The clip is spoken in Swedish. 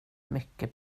mycket